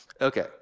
Okay